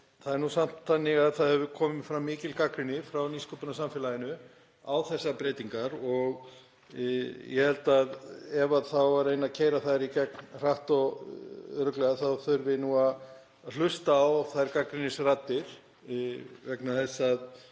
Það er nú samt þannig að það hefur komið fram mikil gagnrýni frá nýsköpunarsamfélaginu á þessar breytingar og ég held að ef það á að reyna að keyra þær í gegn hratt og örugglega þá þurfi nú að hlusta á þær gagnrýnisraddir vegna þess að